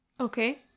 Okay